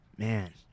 Man